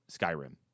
Skyrim